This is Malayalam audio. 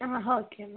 ആ ഓക്കെ മാം